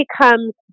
becomes